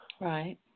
Right